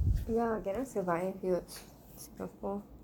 ya cannot survive here in Singapore